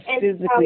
physically